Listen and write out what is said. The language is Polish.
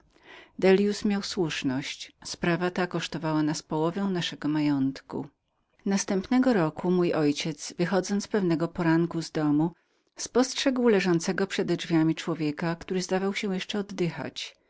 słuszność sprawa ta kosztowała nas połowę naszego majątku następnego roku mój ojciec wychodząc pewnego poranku z domu spostrzegł przededrzwiami człowieka zamordowanego który zdawał się jeszcze oddychać